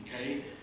okay